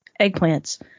eggplants